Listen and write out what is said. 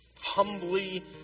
Humbly